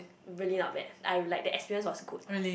really not bad I really like the experience was good